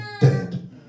dead